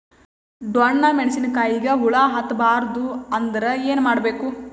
ಡೊಣ್ಣ ಮೆಣಸಿನ ಕಾಯಿಗ ಹುಳ ಹತ್ತ ಬಾರದು ಅಂದರ ಏನ ಮಾಡಬೇಕು?